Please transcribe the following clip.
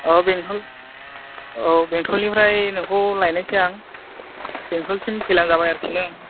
औ बेंथल औ बेंथलनिफ्राय नोंखौ लायनोसै आं बेंथल सिम फैब्लानो जाबाय आरोखि नों